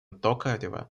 токаева